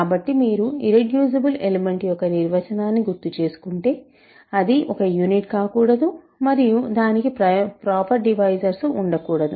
కాబట్టి మీరు irreducible element యొక్క నిర్వచనాన్ని గుర్తుచేసుకుంటే అది ఒక యూనిట్ కాకూడదు మరియు దానికి ప్రాపర్ డివైజర్స్ ఉండకూడదు